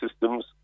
systems